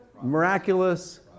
Miraculous